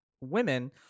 women